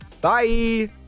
bye